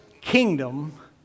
kingdom